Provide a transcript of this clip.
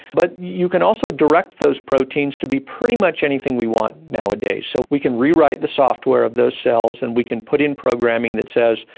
but you can also direct those proteins to be pretty much anything we want nowadays, so we can rewrite the software of those cells and we can put in programming that says,